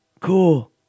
Cool